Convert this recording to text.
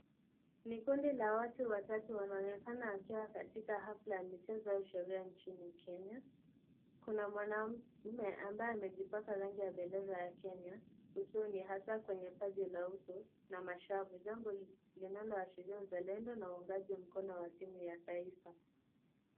Ni kundi la watu watatu wanaonekana wakiwa katika haflla ya mchezo au sherehe nchini Kenya. Kuna mwanaume ambaye amejipaka rangi ya bendera ya Kenya usoni hasa kwenye paji la uso na mashavu. Jambo linaloashiria uzalendo na waungaji wa mkono wa timu ya taifa.